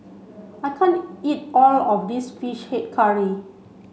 I can't eat all of this fish head curry